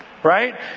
Right